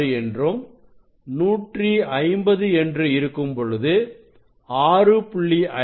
6 என்றும் 150 என்று இருக்கும்பொழுது 6